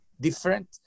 different